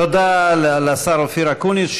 תודה לשר אופיר אקוניס.